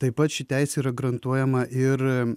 taip pat ši teisė yra garantuojama ir